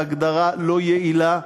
בהגדרה לא יעילה.